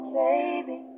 baby